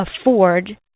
afford